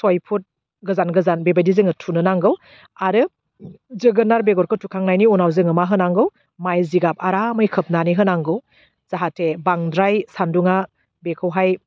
सय फुट गोजान गोजान बेबायदि जोङो थुनो नांगौ आरो जोगोनार बेगरखौ थुखांनायनि उनाव जोङो मा होनांगौ माइ जिगाब आरामै खोबनाने होनांगौ जाहाते बांद्राय सानदुंआ बेखौहाय